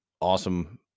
Awesome